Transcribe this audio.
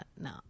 no